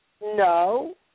No